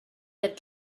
that